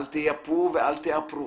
אל תייפו ואל תאפרו,